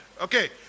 okay